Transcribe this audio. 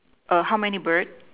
uh how many bird